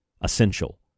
essential